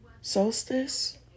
solstice